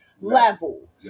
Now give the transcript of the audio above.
level